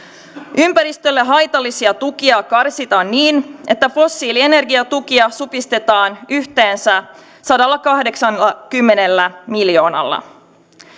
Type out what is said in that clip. ympäristölle haitallisia tukia karsitaan niin että fossiilienergiatukia supistetaan yhteensä sadallakahdeksallakymmenellä miljoonalla